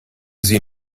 sie